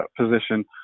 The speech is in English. position